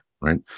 Right